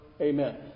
Amen